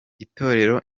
itorero